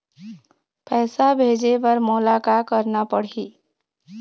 पैसा भेजे बर मोला का करना पड़ही?